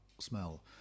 smell